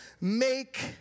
Make